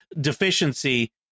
deficiency